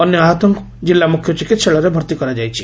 ଅନ୍ୟ ଆହତଙ୍କୁ ଜିଲ୍ଲା ମୁଖ୍ୟ ଚିକିହାଳୟରେ ଭର୍ତି କରାଯାଇଛି